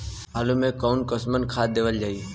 आलू मे कऊन कसमक खाद देवल जाई?